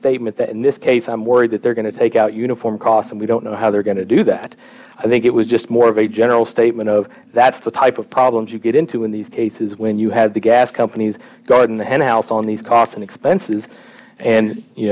statement in this case i'm worried that they're going to take out uniform costs and we don't know how they're going to do that i think it was just more of a general statement of that's the type of problems you get into in these cases when you have the gas companies guarding the henhouse on these costs and expenses and you